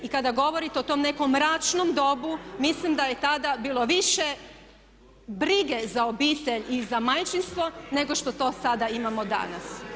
I kada govorite o tom nekom mračnom dobu, mislim da je tada bilo više brige za obitelj i za majčinstvo nego što to sada imamo danas.